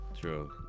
True